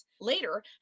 Later